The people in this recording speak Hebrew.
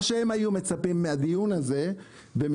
מה שהם היו מצפים מהדיון הזה וממך,